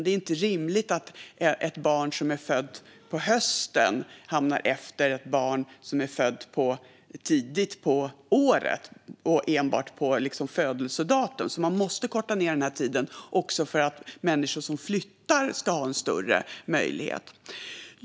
Det är inte rimligt att ett barn som är fött på hösten hamnar efter ett barn som är fött tidigt på året, som det blir när man går enbart på födelsedatum. Man måste korta ned tiden, också för att människor som flyttar ska ha en större möjlighet.